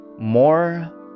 more